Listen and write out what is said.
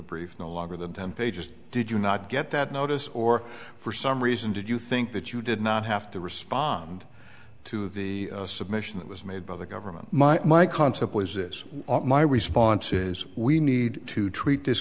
a brief no longer than ten pages did you not get that notice or for some reason did you think that you did not have to respond to the submission that was made by the government my concept was this my response is we need to treat this